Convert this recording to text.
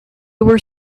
were